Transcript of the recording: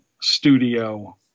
studio